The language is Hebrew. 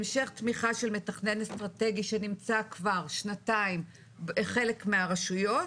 המשך תמיכה של מתכנן אסטרטגי שנמצא כבר שנתיים בחלק מהרשויות,